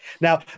Now